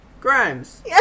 Grimes